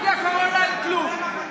מגיע הקורונה אין כלום.